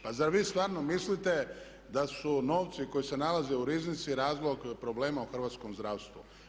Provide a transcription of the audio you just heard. Pa zar vi stvarno mislite da su novci koji se nalaze u Riznici razlog problema u hrvatskom zdravstvu?